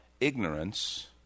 ignorance